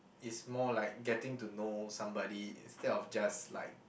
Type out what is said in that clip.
is more like getting to know somebody instead of just like